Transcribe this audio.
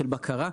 של בקרה,